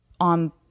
on